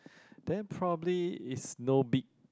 then probably is no big